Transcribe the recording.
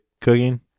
cooking